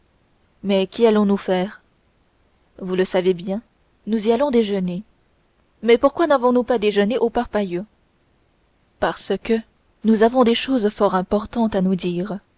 mais qu'y allons-nous faire vous le savez bien nous y allons déjeuner mais pourquoi n'avons-nous pas déjeuné au parpaillot parce que nous avons des choses fort importantes à nous dire